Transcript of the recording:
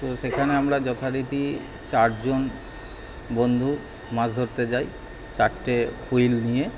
তো সেখানে আমরা যথারীতি চার জন বন্ধু মাছ ধরতে যাই চারটে হুইল নিয়ে